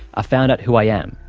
ah found out who i am.